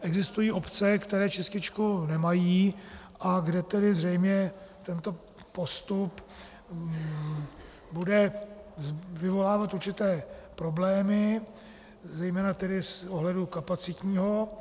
Existují obce, které čističku nemají a kde tedy zřejmě tento postup bude vyvolávat určité problémy, zejména tedy z pohledu kapacitního.